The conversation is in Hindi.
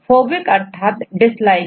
फोबिक अर्थात डिसलाइक